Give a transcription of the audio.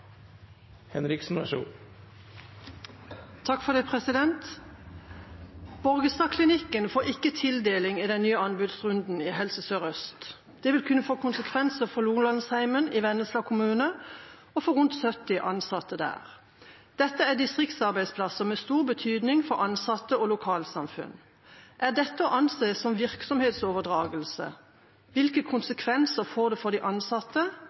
Det vil kunne få konsekvenser for Lolandsheimen i Vennesla kommune og for rundt 70 ansatte der. Dette er distriktsarbeidsplasser med stor betydning for ansatte og lokalsamfunn. Er dette å anse som virksomhetsoverdragelse, hvilke konsekvenser får det for de ansatte,